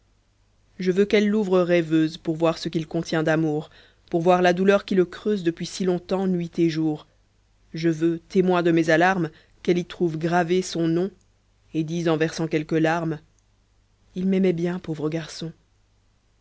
je veux qu'elle l'ouvre rêveuse pour voir ce qu'il contient d'amour pour voir la douleur qui le creuse depuis si longtemps nuit et jour je veux témoin de mes alarmes qu'elle y trouve gravé son nom et dise en versant quelques larmes il m'aimait bien pauvre garçon